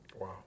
Wow